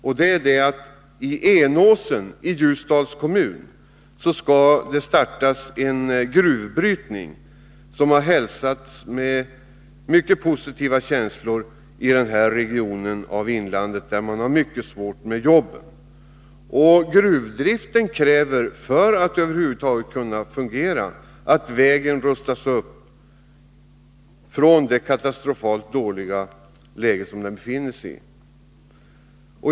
Vid Enåsen i Ljusdals kommun skall gruvbrytning påbörjas, något som har mottagits med mycket positiva känslor i denna region av inlandet, där man har så ont om jobb. För att denna gruvdrift över huvud taget skall kunna fungera krävs att vägen rustas upp i de katastrofalt dåliga avsnitten.